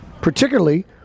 particularly